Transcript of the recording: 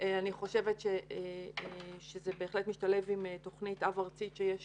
אני חושבת שזה בהחלט משתלב עם תוכנית אב ארצית שיש